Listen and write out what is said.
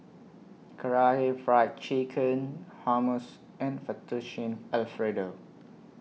Karaage Fried Chicken Hummus and Fettuccine Alfredo